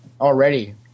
already